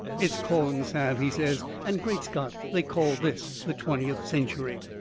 it's corn salve, he says. and great scott! they call this the twentieth century!